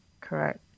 correct